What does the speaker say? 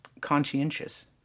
conscientious